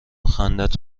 خندت